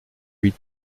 huit